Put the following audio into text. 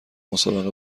مسابقه